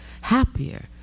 happier